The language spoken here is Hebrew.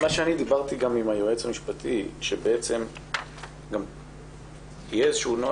דיברתי גם עם היועץ המשפטי שיהיה איזשהו נובל